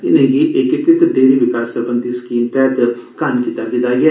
इनेंगी ऐकीकृत डैरी विकास सरबंधी स्कीम तैह्त कायम कीता गेदा ऐ